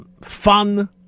fun